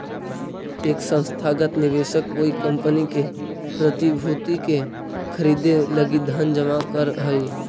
एक संस्थागत निवेशक कोई कंपनी के प्रतिभूति के खरीदे लगी धन जमा करऽ हई